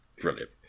Brilliant